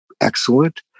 excellent